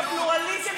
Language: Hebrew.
את יודעת מה זה משילות?